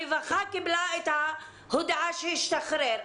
הרווחה קיבלה את ההודעה שהוא השתחרר.